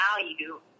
value